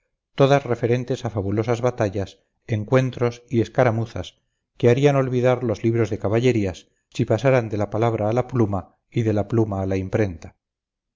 todas referentes a fabulosas batallas encuentros y escaramuzas que harían olvidar los libros de caballerías si pasaran de la palabra a la pluma y de la pluma a la imprenta